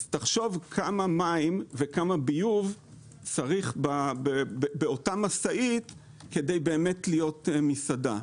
אז תחשוב כמה מים וכמה ביוב צריך באותה משאית כדי באמת להיות מסעדה.